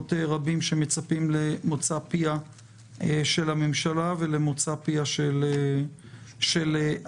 רבים שמצפים למוצא פיה של הממשלה ולמוצא פיה של הכנסת.